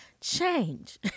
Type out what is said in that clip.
Change